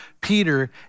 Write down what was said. Peter